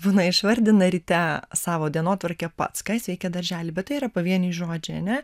būna išvardina ryte savo dienotvarkę pats ką jis veikė darželyj bet tai yra pavieniai žodžiai ane